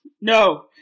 no